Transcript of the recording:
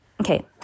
Okay